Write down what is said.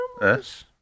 Yes